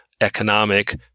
economic